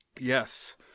Yes